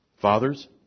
Fathers